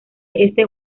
este